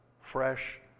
fresh